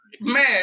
Man